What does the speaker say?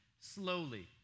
slowly